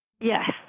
Yes